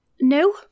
no